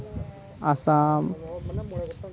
Assam